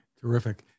Terrific